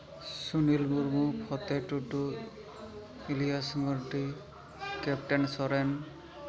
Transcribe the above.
Samir Murmu Phote Tudu Elias Mardi captain Soren